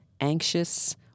anxious